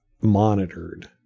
monitored